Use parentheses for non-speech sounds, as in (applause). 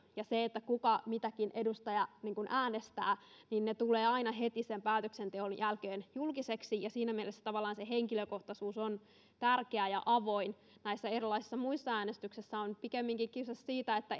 ja se kuka edustaja mitäkin äänestää ovat myöskin julkisia niin ne tulevat aina heti sen päätöksenteon jälkeen julkisiksi ja siinä mielessä tavallaan se henkilökohtaisuus on tärkeää ja avointa näissä erilaisissa muissa äänestyksissä on pikemminkin kyse siitä että (unintelligible)